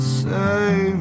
save